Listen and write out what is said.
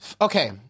Okay